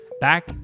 Back